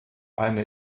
eine